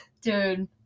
dude